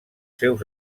seus